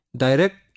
direct